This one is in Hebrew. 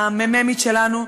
המ"מית שלנו,